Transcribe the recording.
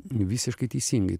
visiškai teisingai tu